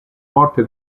morte